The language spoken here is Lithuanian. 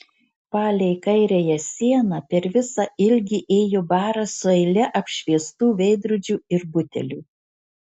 palei kairiąją sieną per visą ilgį ėjo baras su eile apšviestų veidrodžių ir butelių